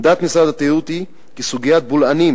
עמדת משרד התיירות היא כי סוגיית הבולענים